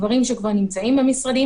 גברים שכבר נמצאים במשרדים.